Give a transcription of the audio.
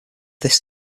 this